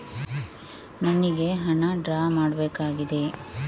ನನಿಗೆ ಹಣ ಡ್ರಾ ಮಾಡ್ಬೇಕಾಗಿದೆ